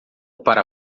para